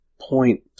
point